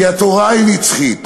כי התורה היא נצחית.